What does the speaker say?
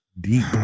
Deep